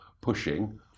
pushing